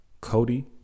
Cody